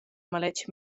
maletg